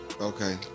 Okay